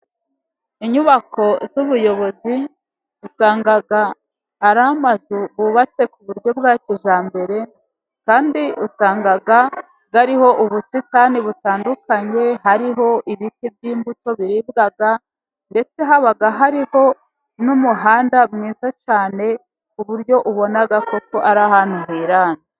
Inyubako z'ubuyobozi, usanga ari amazu bubatse ku buryo bwa kijyambere, kandi usanga hariho ubusitani butandukanye, hariho ibiti by'imbuto biribwa, ndetse haba hariho n'umuhanda mwiza cyane, ku buryo ubona koko ari ahantu hiranze.